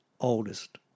oldest